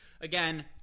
again